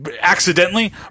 accidentally